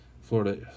Florida